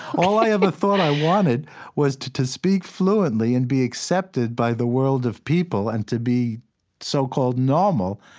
all i ever thought i wanted was to to speak fluently and be accepted by the world of people and to be so-called normal.